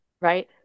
right